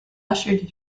ushered